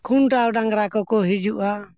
ᱠᱷᱩᱱᱴᱟᱹᱣ ᱰᱟᱝᱨᱟ ᱠᱚᱠᱚ ᱦᱤᱡᱩᱜᱼᱟ